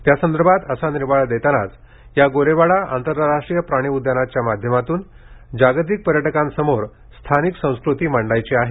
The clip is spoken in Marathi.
त्यासंदर्भात असा निर्वाळा देतानाच या गोरेवाडा आंतरराष्ट्रीय प्राणी उद्यानाच्या माध्यमातून जागतिक पर्यटकांप्ढे स्थानिक संस्कृती मांडायची आहे